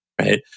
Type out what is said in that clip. right